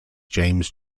james